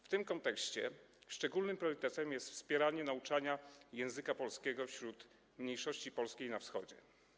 W tym kontekście szczególnym priorytetem jest wspieranie nauczania języka polskiego wśród polskiej mniejszości na Wschodzie.